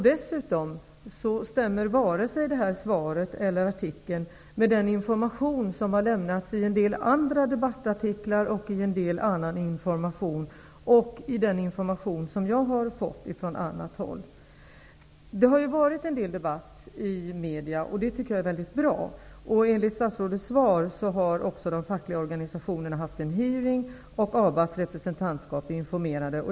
Dessutom stämmer vare sig det här svaret eller artikeln med den information som har lämnats i en del andra debattartiklar, i en del annan information och i den information som jag har fått från annat håll. Det har ju varit en del debatt i medierna, och det tycker jag är mycket bra. Enligt statsrådets svar har de fackliga organisationerna också haft en hearing och ABA:s representantskap är informerade.